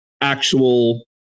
actual